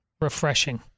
refreshing